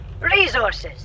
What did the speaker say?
resources